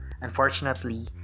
unfortunately